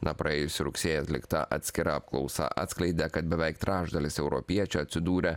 na praėjusį rugsėjį atlikta atskira apklausa atskleidė kad beveik trečdalis europiečių atsidūrė